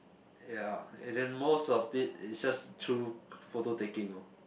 ya and then most of it is just through photo taking lor